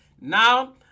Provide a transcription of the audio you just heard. Now